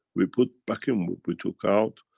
we put back in what we took out,